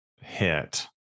hit